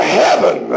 heaven